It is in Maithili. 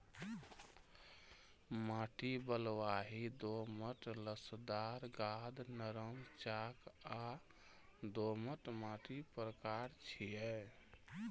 माटि बलुआही, दोमट, लसदार, गाद, नरम, चाक आ दोमट माटिक प्रकार छियै